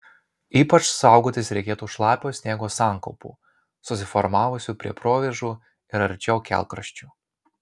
ypač saugotis reikėtų šlapio sniego sankaupų susiformavusių prie provėžų ir arčiau kelkraščių